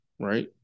Right